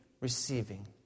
receiving